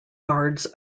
guards